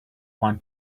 want